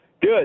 Good